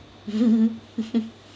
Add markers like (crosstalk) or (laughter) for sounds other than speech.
(laughs)